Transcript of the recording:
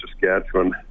Saskatchewan